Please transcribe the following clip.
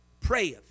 prayeth